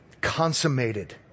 consummated